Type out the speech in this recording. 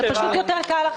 פשוט יותר קל לכם.